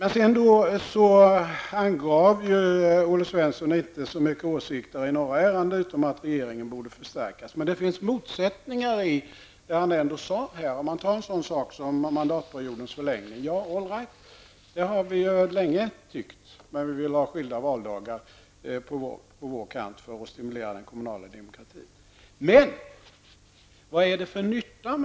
I övrigt angav Olle Svensson inte så många åsikter i några ärenden, utom att regeringen borde förstärkas. Men det finns motsättningar i det han ändå sade. Ta en sådan sak som mandatperiodens förlängning. Vi har länge tyckt att den skulle förlängas, men vi vill ha skilda valdagar så att den kommunala demokratin stimuleras.